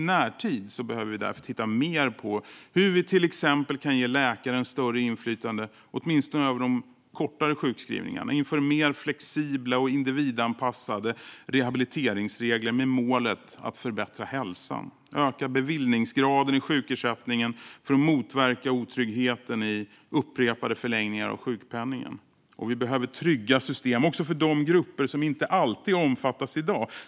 Därför behöver vi i närtid titta mer på hur vi till exempel kan ge läkaren större inflytande, åtminstone på de kortare sjukskrivningarna, införa mer flexibla och individanpassade rehabiliteringsregler med målet att förbättra hälsan och öka beviljandegraden i sjukersättningen för att motverka otryggheten i upprepade förlängningar av sjukpenningen. Och vi behöver trygga system också för de grupper som inte alltid omfattas i dag.